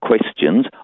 questions